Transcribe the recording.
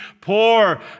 poor